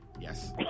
yes